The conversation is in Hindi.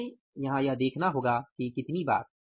हमें यहां यह देखना होगा कि कितनी बार